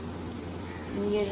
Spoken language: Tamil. அவை எத்தனை பிரிவு